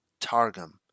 Targum